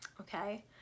Okay